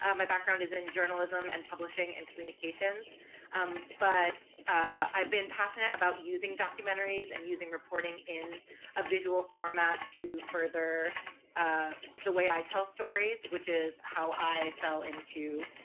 um my background is in journalism and publishing and communications um but i've been passionate about using documentaries and using reporting in a visual format to further the way i tell stories which is how i fell into